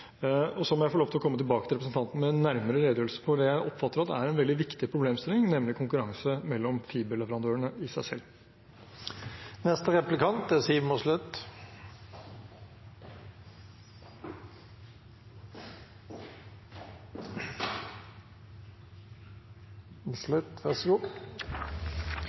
positivt. Så må jeg få lov til å komme tilbake til representanten med en nærmere redegjørelse for det jeg oppfatter er en veldig viktig problemstilling, nemlig konkurranse mellom fiberleverandørene i seg selv. For mange er